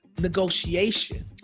negotiation